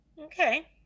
Okay